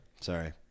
Sorry